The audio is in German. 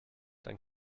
dann